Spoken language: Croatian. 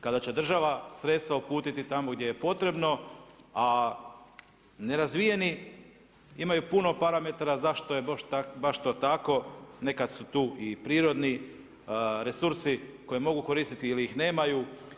Kada će država sredstva uputiti tamo gdje je potrebno a ne razvijeni imaju puno parametara zašto je baš to tako nekad su tu i prirodni resursi koje mogu koristiti ili ih nemaju.